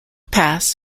pass